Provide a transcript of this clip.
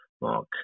Mark